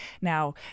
Now